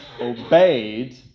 obeyed